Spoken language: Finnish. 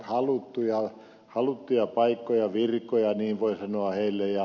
ne ovat haluttuja paikkoja ja virkoja niin voi sanoa heille